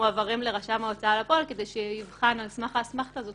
מועברים לרשם להוצאה בפועל כדי שיבחן על סמך האסמכתה הזאת,